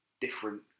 different